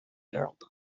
earldom